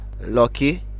Lucky